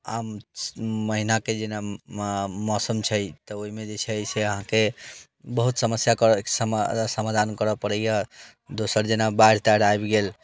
आम महीनाके जेना मौसम छै तऽ ओहिमे जे छै अहाँके बहुत समस्याके स समाधान करय पड़ैए दोसर जेना बाढ़ि ताढ़ि आबि गेल